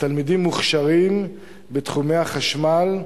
התלמידים מוכשרים בתחומי החשמל,